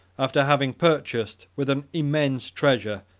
after having purchased, with an immense treasure,